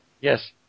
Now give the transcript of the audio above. Yes